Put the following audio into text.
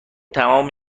تمام